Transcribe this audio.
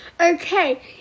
Okay